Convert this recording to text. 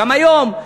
גם היום,